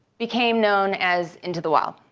became known as into the wild,